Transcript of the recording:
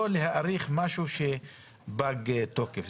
לא להאריך משהו שפג תוקפו.